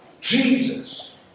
Jesus